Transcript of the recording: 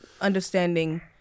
Understanding